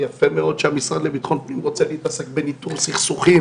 ויפה מאוד שהמשרד לביטחון הפנים רוצה להתעסק בניטור סכסוכים,